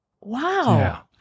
Wow